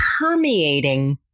permeating